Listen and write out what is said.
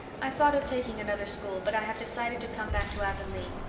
i thought of taking another school, but i have decided to come back to avonlea.